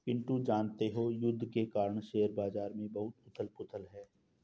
पिंटू जानते हो युद्ध के कारण शेयर बाजार में बहुत उथल पुथल है